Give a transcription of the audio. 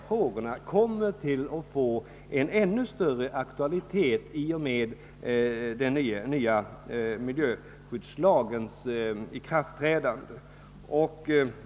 Frågorna kommer troligen att få en ännu större aktualitet i och med den nya miljöskyddslagens ikraftträdande.